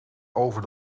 over